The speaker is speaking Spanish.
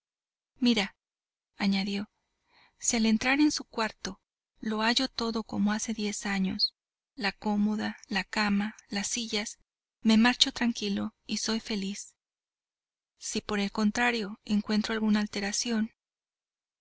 mira añadió si al entrar en su cuarto lo hallo todo como hace diez años la cómoda la cama las sillas me marcho tranquilo y soy feliz si por el contrario encuentro alguna alteración